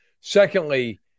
Secondly